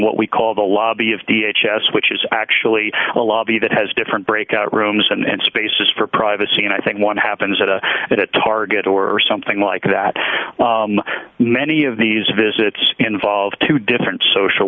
what we call the lobby of the h s which is actually a lobby that has different breakout rooms and spaces for privacy and i think what happens at a at a target or something like that many of these visits involve two different social